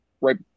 right